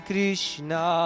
Krishna